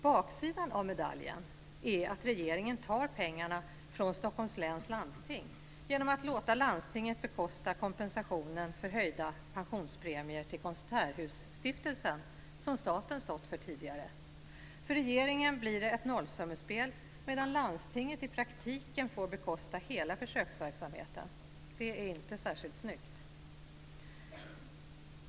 Baksidan av medaljen är att regeringen tar pengarna från Stockholms läns landsting genom att låta landstinget bekosta kompensation för höjda pensionspremier till Konserthusstiftelsen, som staten stått för tidigare. För regeringen blir det ett nollsummespel, medan landstinget i praktiken får bekosta hela försöksverksamheten. Det är inte särskilt snyggt.